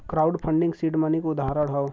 crowd funding seed money क उदाहरण हौ